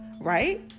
right